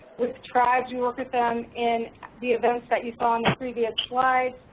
with tribes we work with them in the events that you saw on the previous slide.